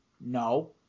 No